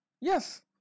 Yes